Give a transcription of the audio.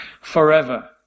forever